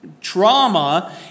trauma